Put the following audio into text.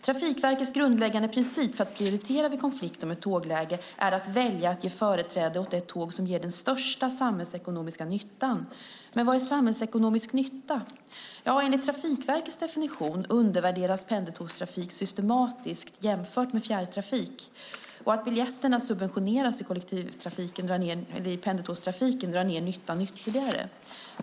Trafikverkets grundläggande princip för att prioritera vid konflikt om ett tågläge är att välja att ge företräde åt det tåg som ger störst samhällsekonomisk nytta. Vad är då samhällsekonomisk nytta? Enligt Trafikverkets definition undervärderas pendeltågstrafik systematiskt jämfört med fjärrtrafik. Att biljetterna subventioneras i pendeltågstrafiken drar ned nyttan ytterligare.